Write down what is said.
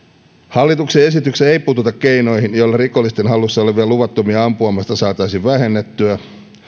hallituksen esityksessä ei puututa keinoihin joilla rikollisten hallussa olevia luvattomia ampuma aseita saataisiin vähennettyä